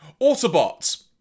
Autobots